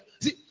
See